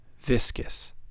viscous